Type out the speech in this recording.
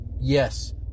Yes